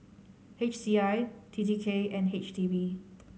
H C I T T K and H D B